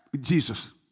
Jesus